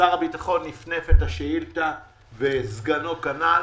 שר הביטחון נפנף את השאילתה וסגנו כנ"ל,